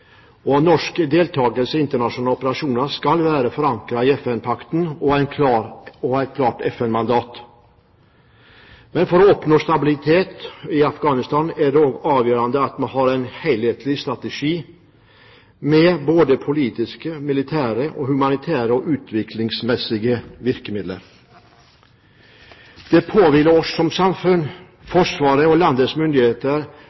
utvikling. Norsk deltakelse i internasjonale operasjoner skal være forankret i FN-pakten og ha et klart FN-mandat. For å oppnå stabilitet i Afghanistan er det også avgjørende at man har en helhetlig strategi med både politiske, militære, humanitære og utviklingsmessige virkemidler. Det påhviler oss som samfunn,